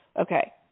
Okay